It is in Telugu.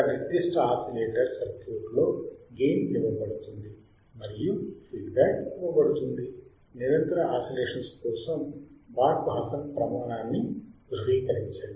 ఒక నిర్దిష్ట ఆసిలేటర్ సర్క్యూట్లో గెయిన్ ఇవ్వబడుతుంది మరియు ఫీడ్ బ్యాక్ ఇవ్వబడుతుంది నిరంతర ఆసిలేషన్స్ కోసం బార్క్హౌసెన్ ప్రమాణాన్ని ధృవీకరించండి